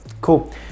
cool